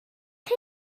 chi